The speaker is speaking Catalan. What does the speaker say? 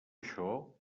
això